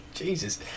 Jesus